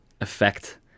effect